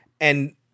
and-